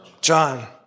John